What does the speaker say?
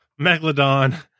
megalodon